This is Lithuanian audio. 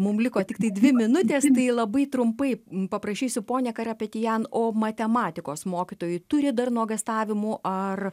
mum liko tiktai dvi minutės tai labai trumpai paprašysiu ponia karapetian o matematikos mokytojai turi dar nuogąstavimų ar